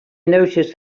noticed